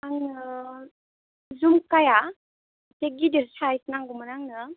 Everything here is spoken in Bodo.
आंनो जुमकाया एसे गिदिर साइज नांगौमोन आंनो